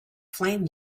flame